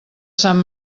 sant